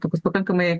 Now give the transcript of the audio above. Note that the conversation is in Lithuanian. tokius pakankamai